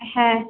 হ্যাঁ